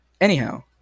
Anyhow